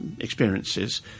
experiences